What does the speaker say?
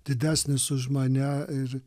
didesnis už mane ir